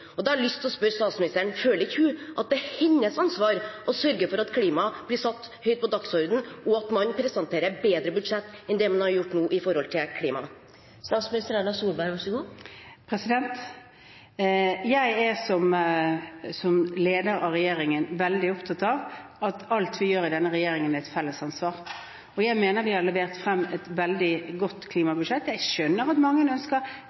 har lyst til å spørre statsministeren: Føler hun ikke at det er hennes ansvar å sørge for at klima blir satt høyt på dagsordenen, og at man presenterer bedre budsjetter enn det man har gjort nå med tanke på klima? Jeg er, som leder av regjeringen, veldig opptatt av at alt vi gjør i denne regjeringen, er et felles ansvar. Jeg mener vi har levert et veldig godt klimabudsjett. Jeg skjønner at mange ønsker